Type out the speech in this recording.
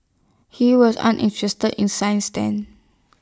he was uninterested in science then